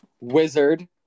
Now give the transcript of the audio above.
wizard